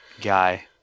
guy